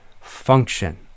function